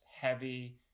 heavy